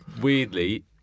Weirdly